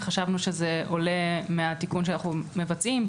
חשבנו שזה עולה מהתיקון שאנחנו מבצעים,